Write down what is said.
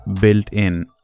built-in